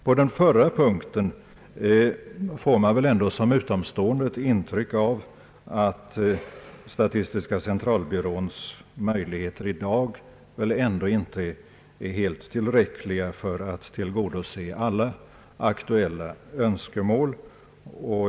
På den förra punkten får man väl som utomstående ett intryck av att statistiska centralbyråns möjligheter i dag ändå inte är helt tillräckliga för att tillgodose alla aktuella önskemål.